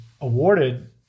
awarded